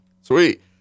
Sweet